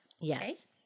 Yes